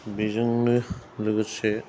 बेजोंनो लोगोसे